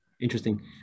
Interesting